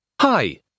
Hi